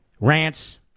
rants